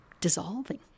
dissolving